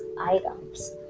items